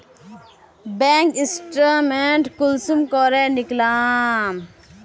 Bank statement कुंसम करे निकलाम?